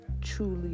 truly